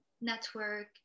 network